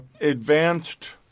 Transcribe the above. advanced